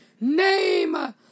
name